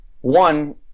one